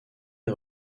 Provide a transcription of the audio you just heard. est